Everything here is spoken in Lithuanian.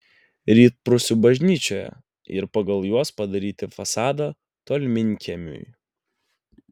rytprūsių bažnyčioje ir pagal juos padaryti fasadą tolminkiemiui